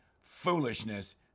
foolishness